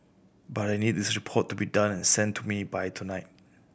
but I need this report to be done and sent to me by tonight